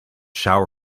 shower